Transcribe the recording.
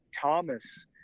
Thomas